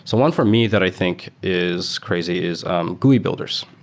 so one for me that i think is crazy is gui builders.